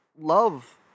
Love